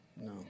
No